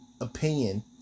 opinion